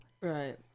Right